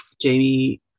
Jamie